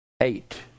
Eight